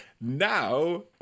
now